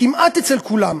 כמעט אצל כולם,